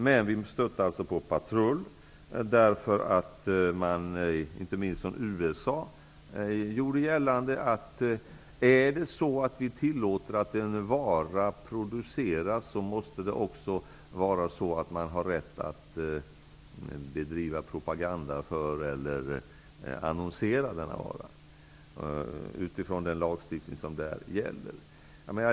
Men vi stötte alltså på patrull därför att man inte minst från USA gjorde gällande att om en vara tillåts att produceras, måste man också ha rätt att bedriva propaganda för eller annonsera denna vara utifrån den lagstiftning som gäller.